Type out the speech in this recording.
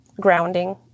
grounding